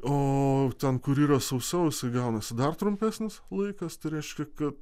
o ten kur yra sau sausį gaunasi dar trumpesnis laikas tai reiškia kad